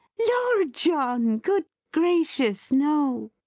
lor john! good gracious no!